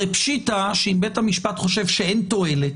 הרי פשיטא שאם בית המשפט חושב שאין תועלת,